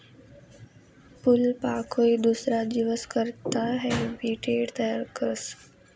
फूलपाकोई दुसरा जीवस करता हैबीटेट तयार करस